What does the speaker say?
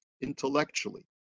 intellectually